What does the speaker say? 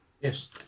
Yes